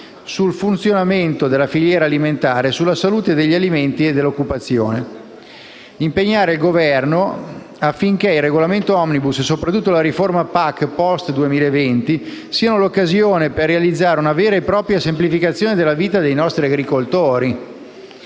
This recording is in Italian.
sul funzionamento della filiera alimentare, sulla salute degli alimenti e sull'occupazione. Chiediamo un impegno al Governo affinché il regolamento *omnibus* e, soprattutto, la riforma PAC *post* 2020 siano l'occasione per realizzare una vera e propria semplificazione della vita dei nostri agricoltori,